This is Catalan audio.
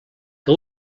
que